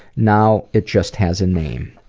now it just has a name.